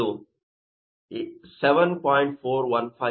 415 ಇದೆ